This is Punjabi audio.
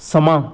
ਸਮਾਂ